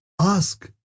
ask